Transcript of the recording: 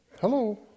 Hello